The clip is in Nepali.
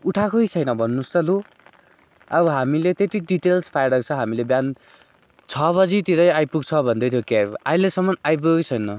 उठाएकै छैन भन्नोस् त लु अब हामीले त्यति डिटेल्स पाइरहेको छ हामीले बिहान छ बजीतिरै आइपुग्छ भन्दै थियो क्याब अहिलेसम्म आइपुगेकै छैन